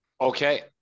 Okay